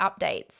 updates